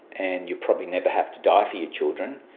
and you'll probably never have to die for your children,